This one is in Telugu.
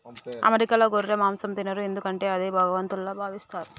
అమెరికాలో గొర్రె మాంసం తినరు ఎందుకంటే అది భగవంతుల్లా భావిస్తారు